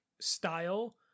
style